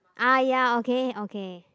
ah ya okay okay